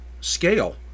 scale